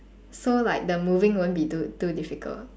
so like the moving won't be too too difficult